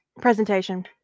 presentation